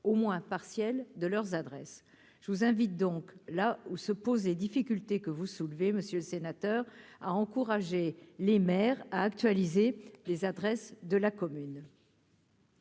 au moins partielle de leurs adresses, je vous invite donc là où se posent des difficultés que vous soulevez monsieur le sénateur, à encourager les maires à actualiser les adresses de la commune.